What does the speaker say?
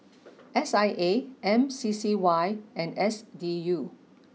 S I A M C C Y and S D U